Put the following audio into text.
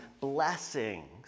blessings